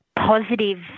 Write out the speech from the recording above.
Positive